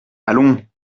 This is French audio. allons